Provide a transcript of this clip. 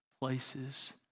places